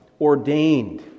ordained